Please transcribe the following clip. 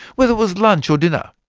whether it was lunch or dinner,